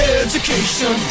education